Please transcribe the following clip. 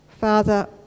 Father